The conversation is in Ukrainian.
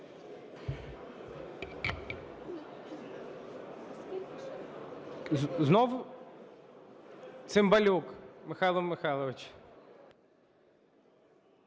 Знову? Цимбалюк Михайло